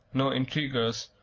no intriguers,